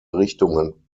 richtungen